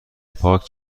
پاک